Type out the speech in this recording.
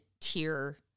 tier